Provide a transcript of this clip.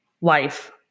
life